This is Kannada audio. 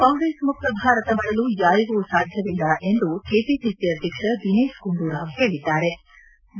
ಕಾಂಗ್ರೆಸ್ ಮುಕ್ತ ಭಾರತ ಮಾಡಲು ಯಾರಿಗೂ ಸಾಧ್ವವಲ್ಲ ಎಂದು ಕೆಪಿಸಿಸಿ ಅಧ್ಯಕ್ಷ ದಿನೇತ್ ಗುಂಡೂರಾವ್ ಹೇಳದ್ದಾರೆ